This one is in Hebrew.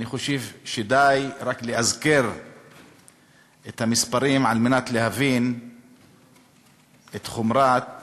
אני חושב שדי רק להזכיר את המספרים על מנת להבין את חומרת